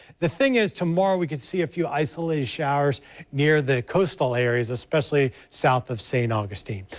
the thing is tomorrow we could see a few isolated showers near the coastal areas, especially south of st. augustine.